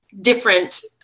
different